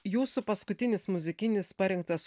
jūsų paskutinis muzikinis parinktas